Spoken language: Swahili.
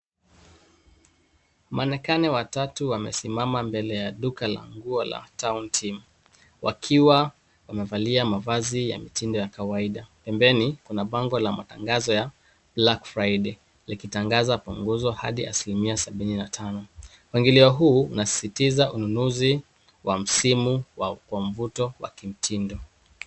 Manekane watatu wamesimama mbele ya duka la nguo , wakiwa wamevalia mavazi ya mitindo ya kawaida. Pembeni kuna bango ya matangazo ya black Friday likitangazwa kwa nguzo ya asilimia sabuni na tano. Mpangilio huu unasisitiza ununuzi wa msinu kwa uvuto wa kimtindo.